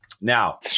Now